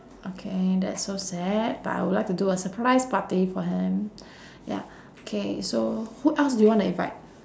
okay that's so sad but I would like to do a surprise party for him ya K so who else do you wanna invite